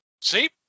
See